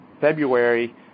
February